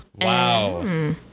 Wow